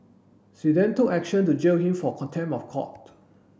she then took action to jail him for contempt of court